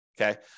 okay